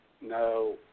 No